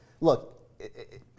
look